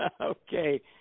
Okay